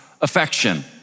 affection